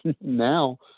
Now